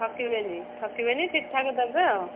ଠକିବେନି ଠକିବେନି ଠିକ୍ଠାକ୍ ଦେବେ ଆଉ